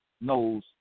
knows